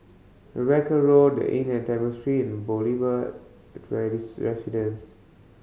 Rebecca Road The Inn at Temple Street and Boulevard Residence